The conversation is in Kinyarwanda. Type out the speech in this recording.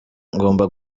ngomba